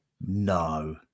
No